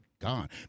gone